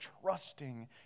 trusting